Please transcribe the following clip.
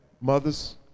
mothers